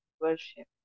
worship